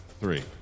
three